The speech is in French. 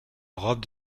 rob